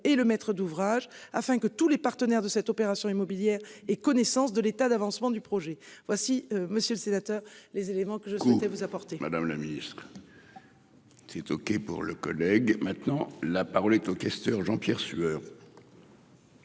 et le maître d'ouvrage afin que tous les partenaires de cette opération immobilière et connaissance de l'état d'avancement du projet. Voici monsieur le sénateur, les éléments que je souhaitais vous avoir. Madame la Ministre. C'est OK pour le collègue maintenant, la parole est aux questions, Jean-Pierre Sueur.--